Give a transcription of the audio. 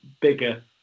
bigger